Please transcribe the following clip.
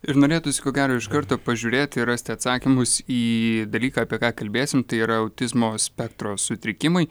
ir norėtųsi ko gero iš karto pažiūrėti ir rasti atsakymus į dalyką apie ką kalbėsim tai yra autizmo spektro sutrikimai